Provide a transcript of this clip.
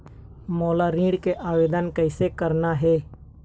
मोला ऋण के आवेदन कैसे करना हे?